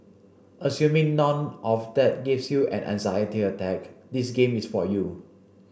assuming none of that gives you an anxiety attack this game is for you